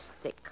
sick